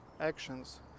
actions